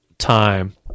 Time